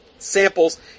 Samples